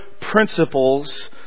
principles